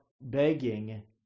begging